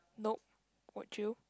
nope would you